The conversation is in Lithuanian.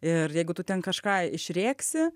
ir jeigu tu ten kažką išrėksi